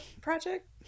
project